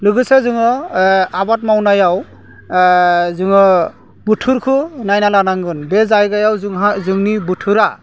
लोगोसे जोङो आबाद मावनायाव जोङो बोथोरखौ नायना लानांगोन बे जायगायाव जोंहा जोंनि बोथोरा